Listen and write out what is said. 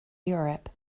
europe